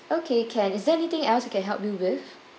okay can is there anything else we can help you with